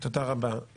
תודה רבה.